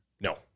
no